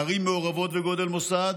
ערים מעורבות וגודל מוסד,